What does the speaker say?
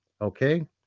okay